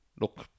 look